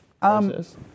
process